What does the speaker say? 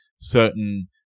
certain –